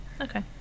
Okay